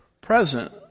Present